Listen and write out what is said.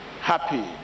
happy